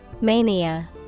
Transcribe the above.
mania